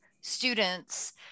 students